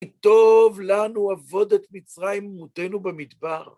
טוב לנו עבוד את מצרים ממותנו במדבר.